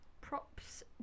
Props